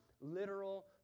literal